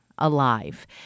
alive